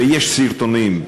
ויש סרטונים,